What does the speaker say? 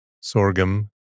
sorghum